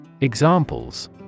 Examples